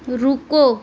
رکو